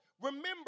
Remember